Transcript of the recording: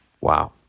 Wow